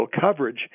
coverage